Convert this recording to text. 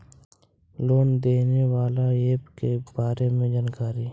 Loan देने बाला app के बारे मे जानकारी?